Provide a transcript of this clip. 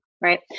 Right